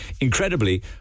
incredibly